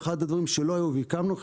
אחד הדברים שלא היו והקמנו,